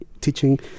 teaching